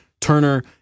Turner